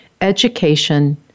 education